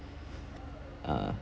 uh